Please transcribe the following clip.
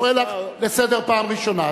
אני קורא אותך לסדר פעם ראשונה.